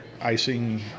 Icing